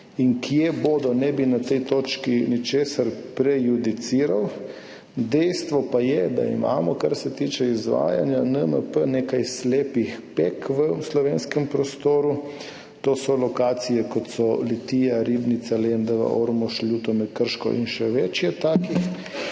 in kje bodo, ne bi na tej točki ničesar prejudiciral. Dejstvo pa je, da imamo, kar se tiče izvajanja NMP, nekaj slepih peg v slovenskem prostoru, to so lokacije, kot so Litija, Ribnica, Lendava, Ormož, Ljutomer, Krško in še več je takih.